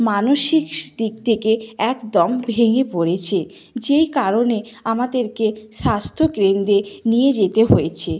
মানসিক স্ দিক থেকে একদম ভেঙে পড়েছে যেই কারণে আমাদেরকে স্বাস্থ্যকেন্দ্রে নিয়ে যেতে হয়েছে